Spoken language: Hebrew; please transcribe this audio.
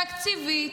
תקציבית.